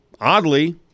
oddly